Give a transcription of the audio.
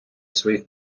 своїх